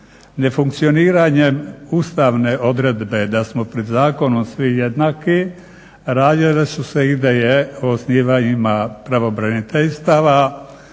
Ne funkcioniranjem ustavne odredbe da smo pred zakonom svi jednaki rađale su se ideje o osnivanjima pravobraniteljstava